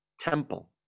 temple